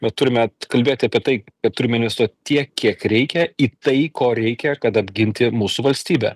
bet turime kalbėti apie tai kad turime investuot tiek kiek reikia į tai ko reikia kad apginti mūsų valstybę